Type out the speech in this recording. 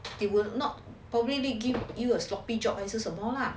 it will not probably give you a sloppy job 还是什么 lah